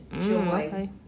Joy